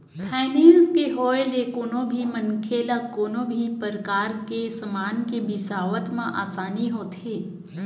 finance के होय ले कोनो भी मनखे ल कोनो भी परकार के समान के बिसावत म आसानी होथे